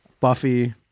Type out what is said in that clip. Buffy